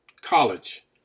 college